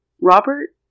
Robert